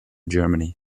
germany